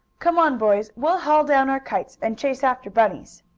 come on, boys, we'll haul down our kites and chase after bunny's!